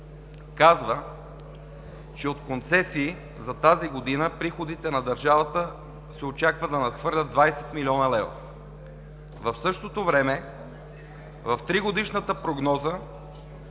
казва, че от концесии за тази година приходите на държавата се очаква да надхвърлят 20 млн. лв. В същото време в тригодишната прогноза